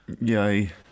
yay